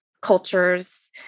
cultures